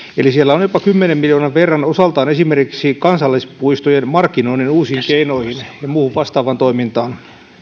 eli siellä on jopa kymmenen miljoonan verran osaltaan esimerkiksi kansallispuistojen markkinoinnin uusiin keinoihin ja muuhun vastaavaan toimintaan